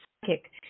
psychic